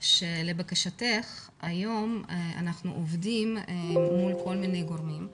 שלבקשתך היום אנחנו עובדים מול כל מיני גורמים.